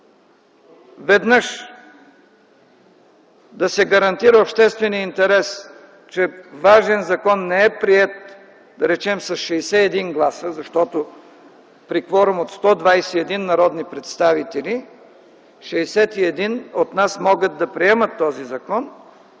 веднъж да се гарантира общественият интерес, че важен закон не е приет, да речем, с 61 гласа, защото при кворум от 121 народни представители, 61 от нас не могат да приемат този закон,